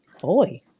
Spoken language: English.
boy